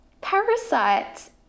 parasites